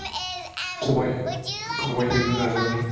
खबाय खबाय हेबनो नाजादोंमोन